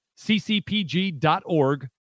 ccpg.org